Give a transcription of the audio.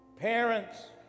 parents